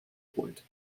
point